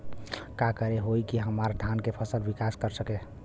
का करे होई की हमार धान के फसल विकास कर सके?